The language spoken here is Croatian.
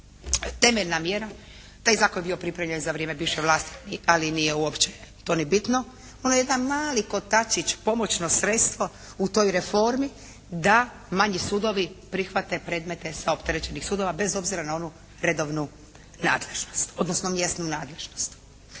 temeljna mjera taj zakon je bio pripremljen za vrijeme bivše vlasti ali nije uopće to ni bitno. Onaj jedan mali kotačić, pomoćno sredstvo u toj reformi da manji sudovi prihvate predmete sa opterećenih sudova bez obzira na onu redovnu nadležnost, odnosno mjesnu nadležnost.